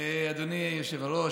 אדוני היושב-ראש,